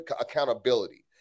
accountability